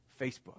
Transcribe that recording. Facebook